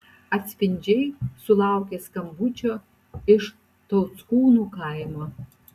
atspindžiai sulaukė skambučio iš tauckūnų kaimo